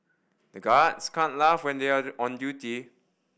the guards can't laugh when they are on duty